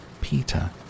Peter